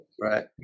Right